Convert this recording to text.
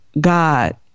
God